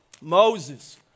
Moses